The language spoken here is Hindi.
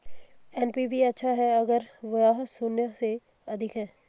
एन.पी.वी अच्छा है अगर यह शून्य से अधिक है